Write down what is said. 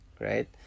right